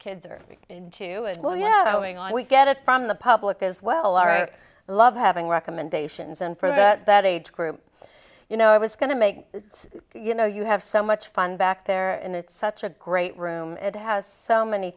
kids are into and well yeah going on we get it from the public as well our love having recommendations and for that that age group you know i was going to make you know you have so much fun back there and it's such a great room it has so many